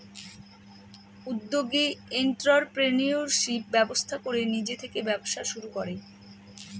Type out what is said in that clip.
উদ্যোগী এন্ট্ররপ্রেনিউরশিপ ব্যবস্থা করে নিজে থেকে ব্যবসা শুরু করে